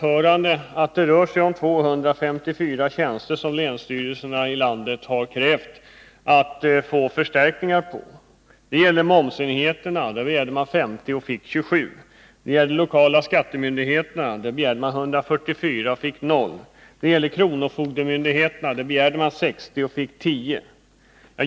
Jag nämnde i mitt inledningsanförande att länsstyrelserna i landet har krävt förstärkningar med 254 tjänster. För momsenheterna begärde man 50 och fick 27, för lokala skattemyndigheterna begärde man 144 och fick 0, och för kronofogdemyndigheterna begärde man 60 och fick 10.